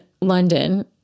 london